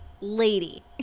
Lady